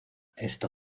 esto